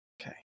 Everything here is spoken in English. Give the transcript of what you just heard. Okay